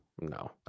no